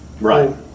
Right